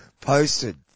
Posted